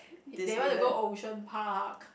they want to go Ocean Park